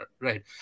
right